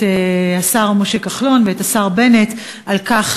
את השר משה כחלון ואת השר בנט על כך